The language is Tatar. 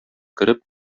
кереп